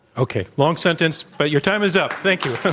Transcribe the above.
okay. long sentence, but your time is up. thank you,